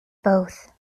both